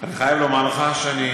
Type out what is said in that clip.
אני חייב לומר לך שאני